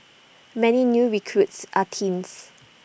many new recruits are teens